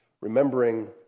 Remembering